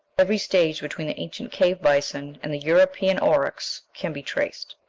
every stage between the ancient cave bison and the european aurochs can be traced.